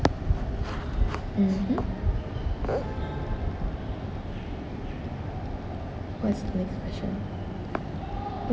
mmhmm what is the next question